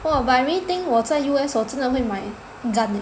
!wah! but I really think 我在 U_S 我真的会买 gun leh